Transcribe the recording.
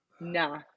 Nah